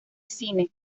cine